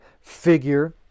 figure